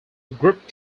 group